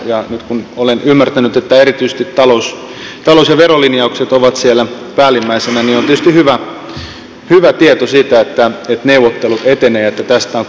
ja nyt kun olen ymmärtänyt että erityisesti talous ja verolinjaukset ovat siellä päällimmäisinä niin hyvä on tietysti tieto siitä että neuvottelut etenevät ja että tästä on konsensus löytynyt